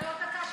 שתקבל עוד דקה,